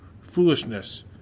foolishness